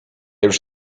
już